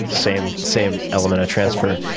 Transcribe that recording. same same element of transfer.